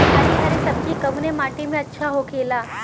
हरी हरी सब्जी कवने माटी में अच्छा होखेला?